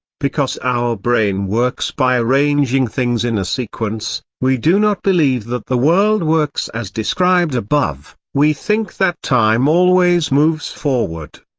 because our brain works by arranging things in a sequence, we do not believe that the world works as described above we think that time always moves forward.